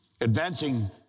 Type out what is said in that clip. Advancing